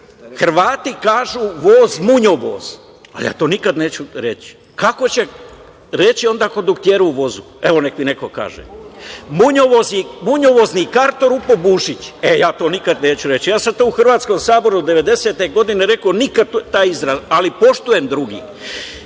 Hrvati kažu voz – munjovoz. Ja to nikada neću reći. Kako će reći kondukteru u vozu, evo neka mi neko kaže. Munjovozni kartorupo bušić, e ja to nikada neću reći. Ja sam to u hrvatskom Saboru 90-te godine rekao nikada taj izraz, ali poštujem druge.